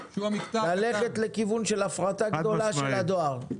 ללכת לכיוון של הפרטה גדולה של הדואר.